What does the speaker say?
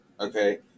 Okay